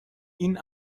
این